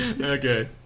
Okay